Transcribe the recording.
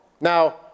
Now